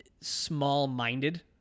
small-minded